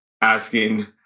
asking